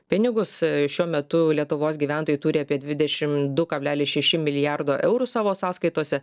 pinigus šiuo metu lietuvos gyventojai turi apie dvidešimt du kablelis šeši milijardo eurų savo sąskaitose